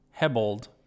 Hebold